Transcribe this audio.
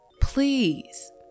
please